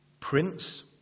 prince